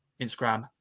Instagram